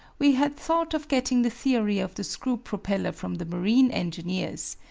we had thought of getting the theory of the screw-propeller from the marine engineers,